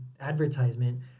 advertisement